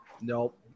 nope